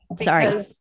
Sorry